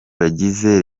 bagize